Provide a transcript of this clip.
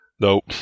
Nope